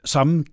Samme